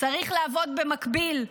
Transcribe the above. צריך לעבוד במקביל.